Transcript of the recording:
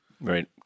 Right